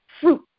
fruit